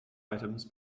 items